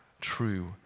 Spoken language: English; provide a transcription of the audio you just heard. true